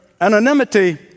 anonymity